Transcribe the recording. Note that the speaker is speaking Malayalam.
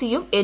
ഇ യും എൻ